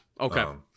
okay